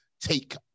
take